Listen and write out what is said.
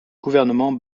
gouvernement